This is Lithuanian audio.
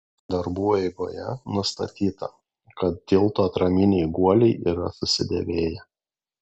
darbų eigoje nustatyta kad tilto atraminiai guoliai yra susidėvėję